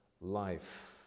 life